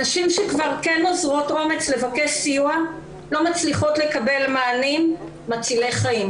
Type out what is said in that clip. נשים שכבר כן אוזרות אומץ לבקש סיוע לא מצליחות לקבל מענים מצילי חיים,